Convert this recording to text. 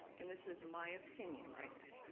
and this is my opinion right now,